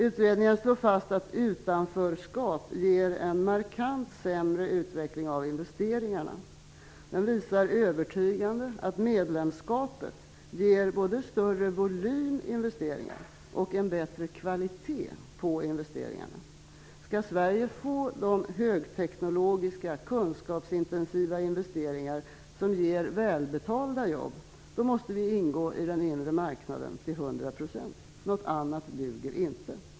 Utredningen slår fast att utanförskap ger en markant sämre utveckling av investeringarna. Den visar övertygande att medlemskapet ger både större volym investeringar och en bättre kvalitet på investeringarna. Skall Sverige få de r1 > högteknologiska, kunskapsintensiva investeringar som ger välbetalda jobb måste vir0 > ingå i den inre marknaden till hundra procent. Något annat duger inte.